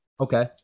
Okay